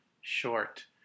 Short